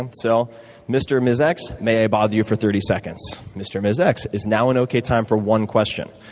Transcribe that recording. and so mr. or ms. x, may i bother you for thirty seconds? mr. or ms. x, is now an okay time for one question?